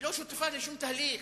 הן לא שותפות לשום תהליך,